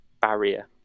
barrier